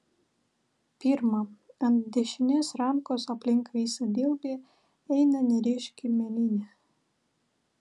pirma ant dešinės rankos aplink visą dilbį eina neryški mėlynė